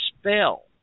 spell